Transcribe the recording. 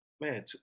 man